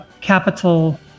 capital